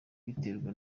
biterwa